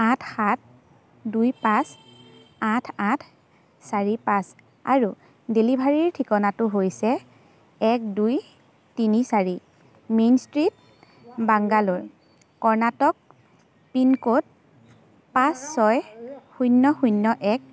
আঠ সাত দুই পাঁচ আঠ আঠ চাৰি পাঁচ আৰু ডেলিভাৰীৰ ঠিকনাটো হৈছে এক দুই তিনি চাৰি main street Bangalore Karnataka pin code পাঁচ ছয় শূন্য শূন্য শূন্য এক